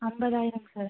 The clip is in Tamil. ஐம்பதாயிரம் சார்